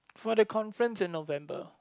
for the conference in November